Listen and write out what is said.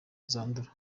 zandura